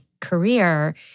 career